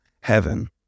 heaven